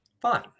fine